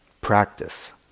practice